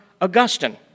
Augustine